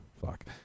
fuck